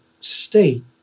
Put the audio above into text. state